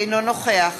אינו נוכח